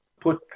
put